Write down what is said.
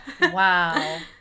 wow